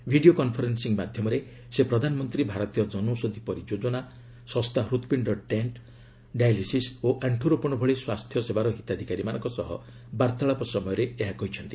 video conferencing ମାଧ୍ୟମରେ ସେ ପ୍ରଧାନମନ୍ତ୍ରୀ ଭାରତୀୟ କନୌଷଧି ପରିଯୋଜନା ଶସ୍ତା ହୃତ୍ପିଣ୍ଡ ଷ୍ଟେଣ୍ଟ ଡାଏଲିସିସ୍ ଓ ଆଣ୍ଟୁରୋପଣ ଭଳି ସ୍ୱାସ୍ଥ୍ୟସେବାର ହିତାଧିକାରୀମାନଙ୍କ ସହ ବାର୍ତ୍ତାଳାପ ସମୟରେ ସେ ଏହା କହିଛନ୍ତି